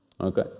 okay